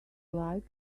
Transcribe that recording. like